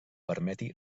permeti